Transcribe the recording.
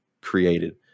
created